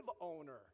owner